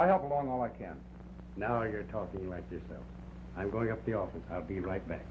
i don't belong all i can now you're talking like this oh i'm going up the office i'll be like